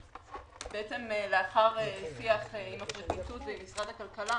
בעצם לאחר שיח עם הפרקליטות ועם משרד הכלכלה